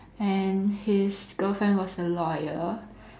and his girlfriend was a lawyer